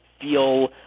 feel